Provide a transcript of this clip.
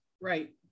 Right